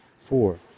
Four